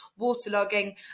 waterlogging